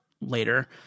later